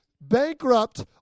bankrupt